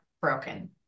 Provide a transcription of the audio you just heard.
broken